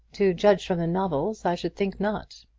to judge from the novels, i should think not.